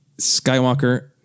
Skywalker